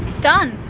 done,